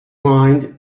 mind